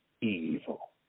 evil